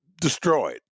destroyed